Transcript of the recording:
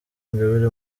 ingabire